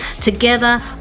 together